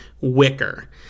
wicker